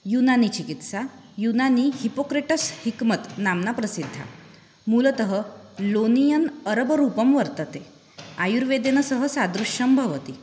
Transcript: युनानिचिकित्सा युनानि हिपोक्रेटस् हिक्मत् नाम्ना प्रसिद्धा मूलतः लोनियन् अरबरूपं वर्तते आयुर्वेदेन सह सादृश्यं भवति